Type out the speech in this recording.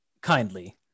kindly